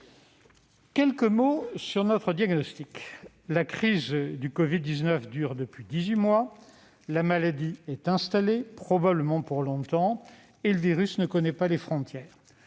Quelques mots sur notre diagnostic : la crise de la covid-19 dure depuis dix-huit mois, la maladie est installée probablement pour longtemps et le virus ne connaît pas les frontières.